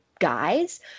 guys